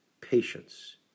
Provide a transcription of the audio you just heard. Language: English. Patience